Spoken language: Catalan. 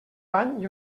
bany